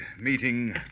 meeting